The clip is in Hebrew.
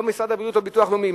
לא משרד הבריאות ולא ביטוח לאומי.